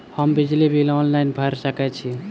हम बिजली bill online भैर सकै छी?